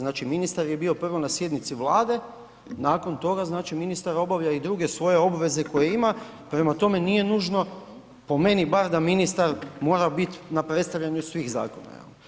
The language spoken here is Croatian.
Znači ministar je bio prvo na sjednici Vlade, nakon toga ministar obavlja i svoje druge obveze koje ima, prema tome nije nužno po meni bar da ministar mora biti na predstavljanju svih zakona.